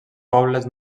pobles